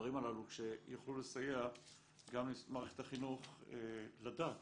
הדברים הללו שיוכלו לסייע גם למערכת החינוך לדעת